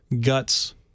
guts